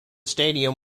stadium